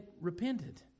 repented